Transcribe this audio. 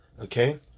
Okay